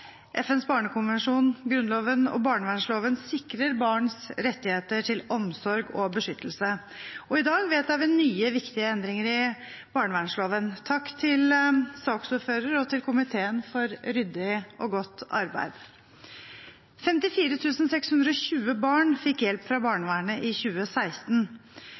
FNs barnekonvensjon, Grunnloven og barnevernsloven sikrer barns rettigheter til omsorg og beskyttelse. I dag vedtar vi nye, viktige endringer i barnevernsloven. Takk til saksordføreren og til komiteen for ryddig og godt arbeid. 54 620 barn fikk hjelp fra barnevernet i 2016.